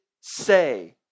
say